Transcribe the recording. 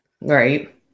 right